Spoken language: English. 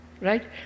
right